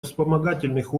вспомогательных